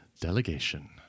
Delegation